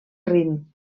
rin